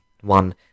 one